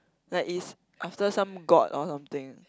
like is after some god or something